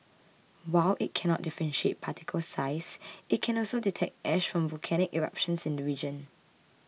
while it cannot differentiate particle size it can also detect ash from volcanic eruptions in the region